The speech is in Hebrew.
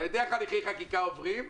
אתה יודע איך הליכי חקיקה עוברים.